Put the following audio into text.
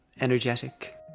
energetic